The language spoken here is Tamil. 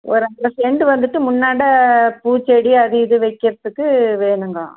ஒரு அஞ்சரை சென்டு வந்துட்டு முன்னாண்ட பூச்செடி அது இது வைக்கறத்துக்கு வேணும்ங்க